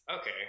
Okay